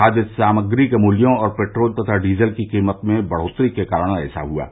खाद्य सामग्री के मूल्यों और पेट्रोल तथा डीजल की कीमत में बढ़ोतरी के कारण ऐसा हुआ है